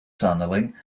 tunneling